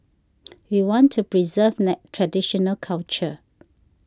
we want to preserve traditional culture